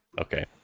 Okay